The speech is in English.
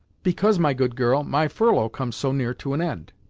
because, my good girl, my furlough comes so near to an end.